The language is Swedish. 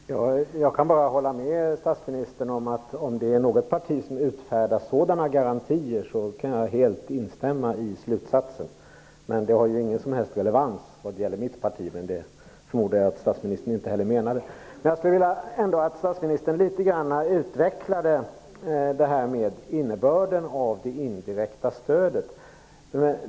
Fru talman! Jag kan bara hålla med statsministern, att om det är något parti som utfärdar sådana garantier kan jag helt instämma i slutsatsen. Det har inte någon som helst relevans när det gäller mitt parti. Men det förmodar jag att statsministern inte heller menade. Jag skulle ändå vilja att statsministern litet grand utvecklade innebörden av det indirekta stödet.